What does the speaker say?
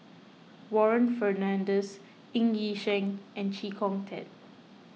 Warren Fernandez Ng Yi Sheng and Chee Kong Tet